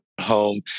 home